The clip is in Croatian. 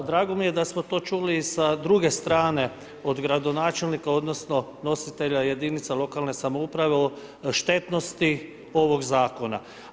A drago mi je da smo to čuli i sa druge strane od gradonačelnika odnosno nositelja jedinica lokalne samouprave o štetnosti ovoga zakona.